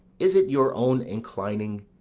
is it your own inclining?